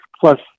plus